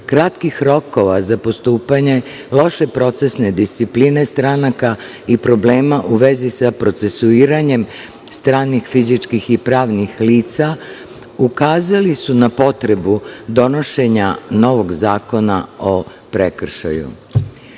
kratkih rokova za postupanje, loše procesne discipline stranaka i problema u vezi sa procesuiranjem stranih fizičkih i pravnih lica, ukazali su na potrebu donošenja novog zakona o prekršaju.U